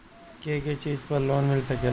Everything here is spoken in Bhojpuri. के के चीज पर लोन मिल सकेला?